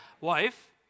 Wife